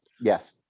Yes